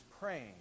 praying